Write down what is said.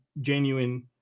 genuine